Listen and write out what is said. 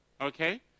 Okay